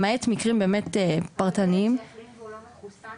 למעט מקרים באמת פרטניים -- תלמיד שהחלים והוא לא מחוסן,